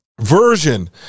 version